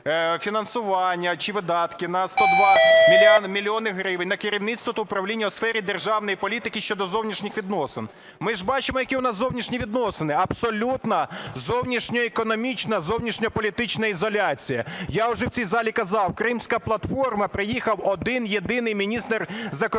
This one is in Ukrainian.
фінансування чи видатки на 102 мільйони гривень на керівництво та управління у сфері державної політики щодо зовнішніх відносин. Ми ж бачимо, які у нас зовнішні відносини – абсолютна зовнішньоекономічна, зовнішньополітична ізоляція. Я вже в цій залі казав, Кримська платформа – приїхав один-єдиний міністр закордонних